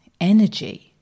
energy